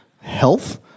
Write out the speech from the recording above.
health